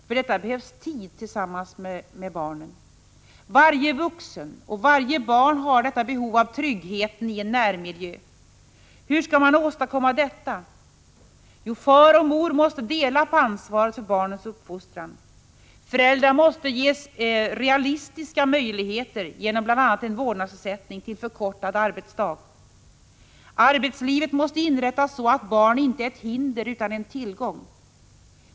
För detta behövs tid tillsammans med barnen. Varje vuxen och varje barn har detta behov av tryggheten i en närmiljö. Hur skall man åstadkomma detta? Jo, far och mor måste dela på ansvaret för barnens uppfostran. Föräldrar måste ges realistiska möjligheter bl.a. genom vårdnadsersättning till förkortad arbetsdag. Arbetslivet måste inrättas så att barn inte är ett hinder utan en tillgång.